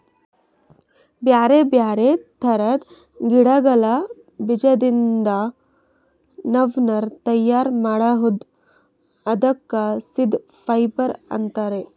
ಬ್ಯಾರೆ ಬ್ಯಾರೆ ಥರದ್ ಗಿಡಗಳ್ ಬೀಜದಿಂದ್ ನಾವ್ ನಾರ್ ತಯಾರ್ ಮಾಡ್ಬಹುದ್ ಅದಕ್ಕ ಸೀಡ್ ಫೈಬರ್ ಅಂತಾರ್